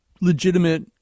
legitimate